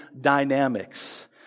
dynamics